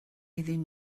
iddyn